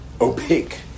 opaque